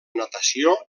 natació